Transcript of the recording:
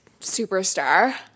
superstar